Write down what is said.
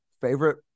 favorite